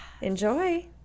enjoy